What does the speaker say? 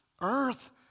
Earth